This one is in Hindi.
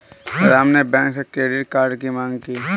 राम ने बैंक से क्रेडिट कार्ड की माँग की